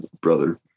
brother